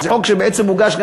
זה חוק שבעצם הוגש,